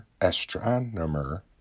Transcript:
astronomer